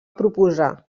proposar